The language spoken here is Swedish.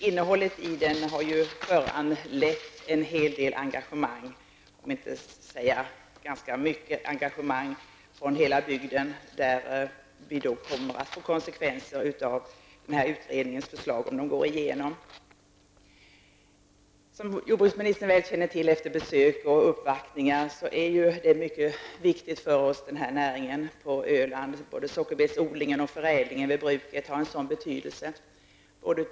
Innehållet har föranlett en hel del, för att inte säga ganska mycket, engagemang från hela bygden, där utredningens förslag, om det går igenom, kommer att få konsekvenser. Som jordbruksministern väl känner till efter besök och uppvaktningar är denna näring mycket viktig för oss på Öland. Både sockerbetsodlingen och förädlingen vid bruket har stor betydelse.